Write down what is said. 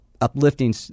uplifting